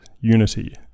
unity